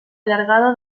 llargada